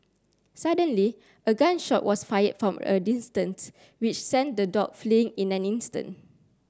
suddenly a gun shot was fired from a distance which sent the dog fleeing in an instant